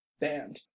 band